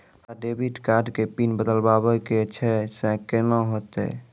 हमरा debit card के pin बदलबावै के छैं से कौन होतै?